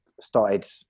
started